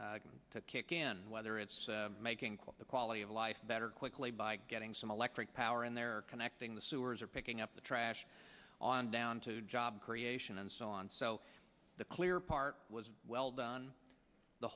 begin to kick in whether it's making the quality of life better quickly by getting some electric power in there connecting the sewers or picking up the trash on down to job creation and so on so the clear part was well done the